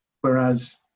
Whereas